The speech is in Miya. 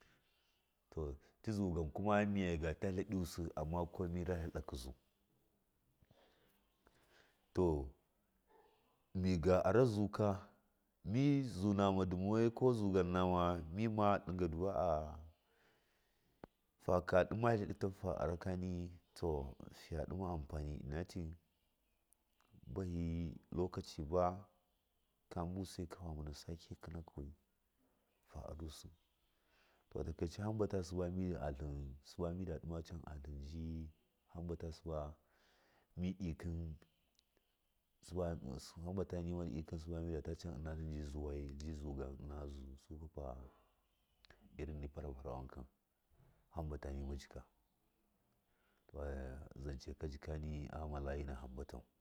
to tii zugan migata tlɚɗusɨ amma ka mira tlɚkɨ zuu to migaara zuuka mi zuana ndɨ wai ko zugam nama mima ɗigadu aa faka ɗima tlɚtahu fa arakani to figa ɗima ammani inatii bahɨ lokaci buka busai famanan sake kɨnaki wɨ fa arasu to atakaice hambata siba mindɨ atlin sɨba mi ndi atlin suba hambata ni ikɨ suba midata ɗima anfani nu ji zuwa ni zugan ina zuu sukafa ininni farfara wankɨi zance ka jikani ɗo layina hamba tau.